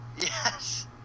Yes